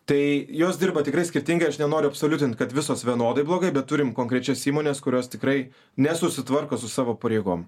tai jos dirba tikrai skirtingai aš nenoriu absoliutint kad visos vienodai blogai bet turim konkrečias įmones kurios tikrai nesusitvarko su savo pareigom